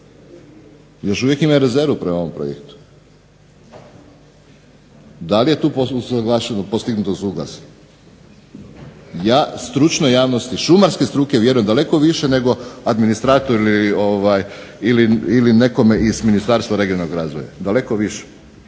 još uvijek imaju rezervu prema ovom projektu. DA li je tu postignuto suglasje? Ja stručnoj javnosti šumarske struke vjerujem daleko više nego administratoru ili nekome iz Ministarstva regionalnog razvoja, daleko više,